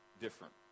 different